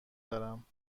دارم